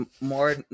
more